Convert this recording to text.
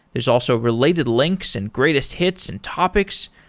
there's also related links and greatest hits and topics.